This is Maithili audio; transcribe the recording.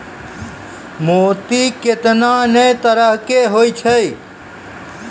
मोती केतना नै तरहो के होय छै